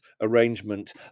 arrangement